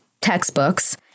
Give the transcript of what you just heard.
textbooks